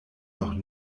noch